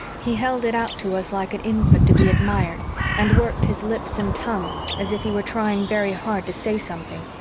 he held it out to us like an infant to be admired and worked his lips and tongue as if he were trying very hard to say something,